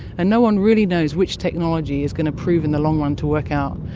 and no-one really knows which technology is going to prove in the long run to work out.